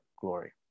glory